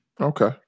Okay